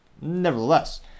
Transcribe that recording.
nevertheless